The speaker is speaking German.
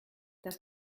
das